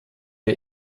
der